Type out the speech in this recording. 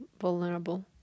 vulnerable